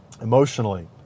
emotionally